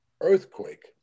earthquake